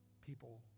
people